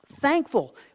Thankful